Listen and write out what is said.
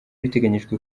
biteganyijwe